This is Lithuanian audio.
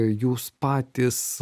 jūs patys